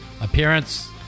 appearance